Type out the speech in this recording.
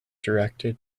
directed